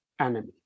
enemy